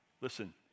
Listen